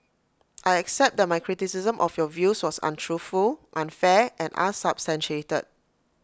I accept that my criticism of your views was untruthful unfair and unsubstantiated